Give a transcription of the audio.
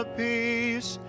peace